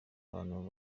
abantu